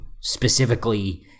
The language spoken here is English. specifically